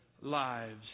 lives